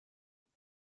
بگین